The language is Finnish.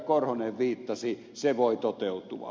korhonen viittasi voi toteutua